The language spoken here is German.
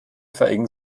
verengen